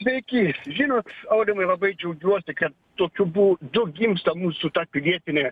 sveiki žinot aurimui labai džiaugiuosi kad tokiu būdu gimsta mūsų ta pilietinė